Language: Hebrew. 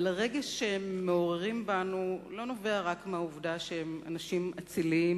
אבל הרגש שהם מעוררים בנו לא נובע רק מהעובדה שהם אנשים אצילים,